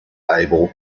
able